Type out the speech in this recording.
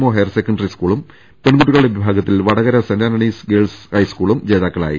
O higher secondary സ്കൂളും പെൺകുട്ടികളുടെ വിഭാഗത്തിൽ വടകര സെന്റ് ആന്റണീസ് ഗേൾസ് ഹൈസ്കൂളും ജേതാക്കളായി